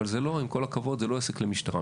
אבל עם כל הכבוד, זה לא עסק למשטרה.